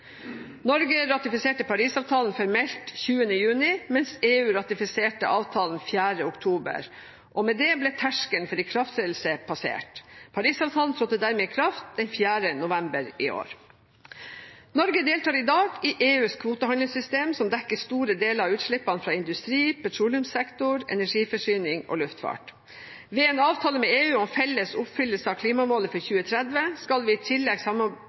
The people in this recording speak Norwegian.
Norge ratifiserte Paris-avtalen formelt 20. juni, mens EU ratifiserte avtalen 4. oktober, og med det ble terskelen for ikrafttredelse passert. Paris-avtalen trådte dermed i kraft den 4. november i år. Norge deltar i dag i EUs kvotehandelssystem, som dekker store deler av utslippene fra industri, petroleumssektoren, energiforsyning og luftfart. Ved en avtale med EU om felles oppfyllelse av klimamålet for 2030 skal vi i tillegg